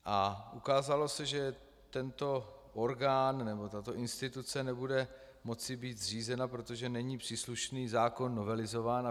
A ukázalo se, že tento orgán nebo tato instituce nebude moci být zřízena, protože není příslušný zákon novelizován.